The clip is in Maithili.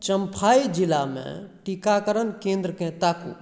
चम्फाइ जिलामे टीकाकरण केन्द्रकेँ ताकू